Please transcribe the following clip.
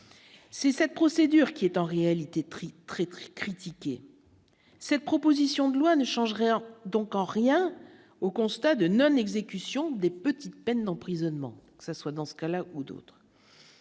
c'est cette procédure qui est en réalité très, très, très critiqué cette proposition de loi ne changeraient donc en rien au constat de non-exécution des petites peines d'emprisonnement que ça soit dans ce cas là où d'autres,